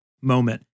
moment